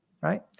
right